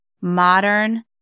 modern